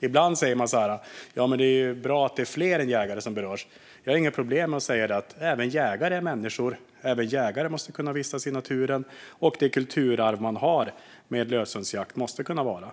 Ibland säger man så här: Ja, men det är bra att det är fler än jägare som berörs. Jag har inga problem med att säga att även jägare är människor. Även jägare måste kunna vistas i naturen. Och det kulturarv man har med löshundsjakt måste kunna finnas.